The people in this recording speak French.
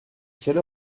quelle